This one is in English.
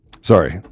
Sorry